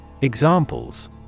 Examples